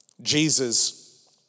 Jesus